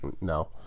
No